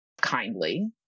kindly